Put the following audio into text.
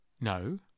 No